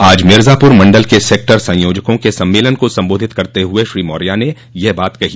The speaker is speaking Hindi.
आज मिर्जापुर मण्डल के सेक्टर संयोजकों के सम्मेलन को सम्बोधित करते हुए श्री मौर्य ने यह बात कही